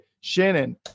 Shannon